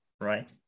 right